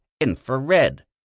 Infrared